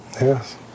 Yes